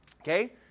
Okay